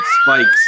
spikes